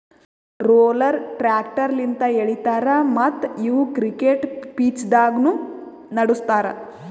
roller tractor ಲಿಂತ್ ಎಳಿತಾರ ಮತ್ತ್ ಇವು ಕ್ರಿಕೆಟ್ ಪಿಚ್ದಾಗ್ನು ನಡುಸ್ತಾರ್